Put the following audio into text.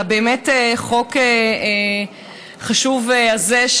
על החוק החשוב הזה,